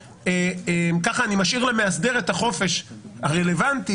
ככה אני משאיר למאסדר את החופש הרלוונטי